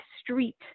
street